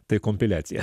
tai kompiliacija